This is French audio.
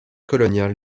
coloniales